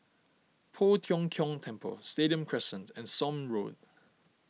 Poh Tiong Kiong Temple Stadium Crescent and Somme Road